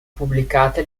pubblicate